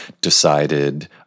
decided